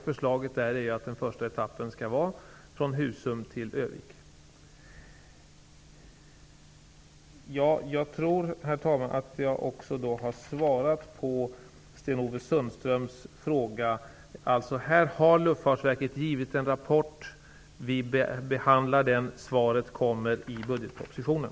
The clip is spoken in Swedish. Förslaget där är att den första etappen skall vara från Husum till Örnsköldsvik. Herr talman! Jag tror att jag även har svarat på Sten-Ove Sundströms fråga. Luftfartsverket har lämnat en rapport. Vi behandlar den. Svaret kommer i budgetpropositionen.